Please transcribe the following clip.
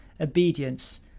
obedience